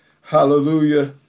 hallelujah